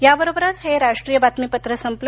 याबरोबरच हे राष्ट्रीय बातमीपत्र संपलं